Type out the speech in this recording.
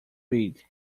read